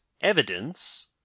evidence